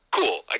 cool